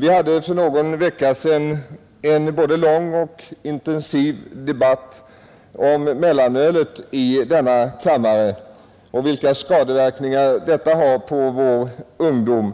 Vi hade för någon vecka sedan en både lång och intensiv debatt i denna kammare om mellanölet och vilka skadeverkningar detta har på vår ungdom,